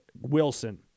Wilson